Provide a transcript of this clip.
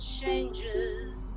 changes